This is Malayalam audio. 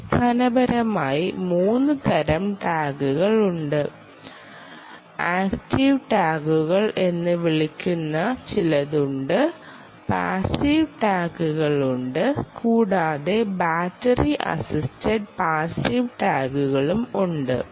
അടിസ്ഥാനപരമായി 3 തരം ടാഗുകൾ ഉണ്ട് ആക്ടീവ് ടാഗുകൾ എന്ന് വിളിക്കുന്ന ചിലത് ഉണ്ട് പാസീവ് ടാഗുകൾ ഉണ്ട് കൂടാതെ ബാറ്ററി അസിസ്റ്റ്റഡ് പാസീവ് ടാഗുകളും ഉണ്ട്